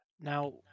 Now